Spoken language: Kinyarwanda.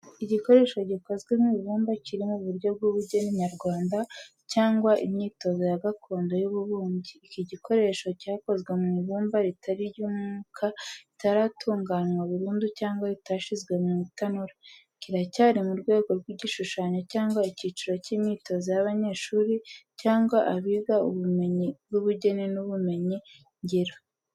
Igikoresho gikozwe mu ibumba kiri mu buryo bw’ubugeni nyarwanda cyangwa imyitozo ya gakondo y’ububumbyi. Iki gikoresho cyakozwe mu ibumba ritari ryumuka ritaratunganywa burundu cyangwa ritashyizwe mu itanura. Kiracyari mu rwego rw’igishushanyo cyangwa icyiciro cy’imyitozo y’abanyeshuri cyangwa abiga ubumenyi bw’ubugeni n’ubumenyi ngiro.